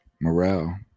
Morale